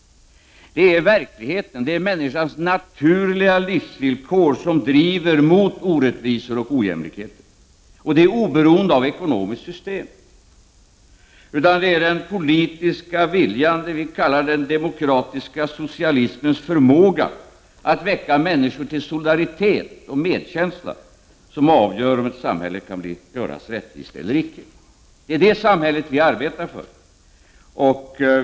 Det är verkligheten och det är människans naturliga livsvillkor som driver utvecklingen mot orättvisor och ojämlikhet, och det oberoende av ekonomiskt system. Det är den politiska viljan — det vi socialdemokrater kallar den demokratiska socialismens förmåga — att väcka människor till solidaritet och medkänsla som avgör om ett samhälle kan göras rättvist eller icke. Det är det samhället som vi socialdemokrater arbetar för.